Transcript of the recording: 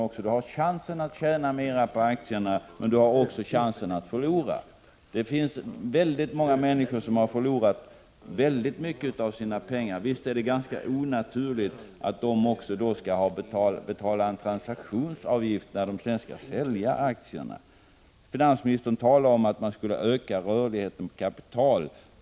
Chansen finns att tjäna mera på aktierna men också risken att förlora. Väldigt många människor har förlorat mycket av sina pengar på aktier. Visst är det onaturligt att de också skall betala en transaktionsavgift när de skall sälja aktierna. Finansministern talar om att öka rörligheten på kapital.